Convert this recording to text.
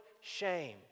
shame